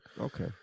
Okay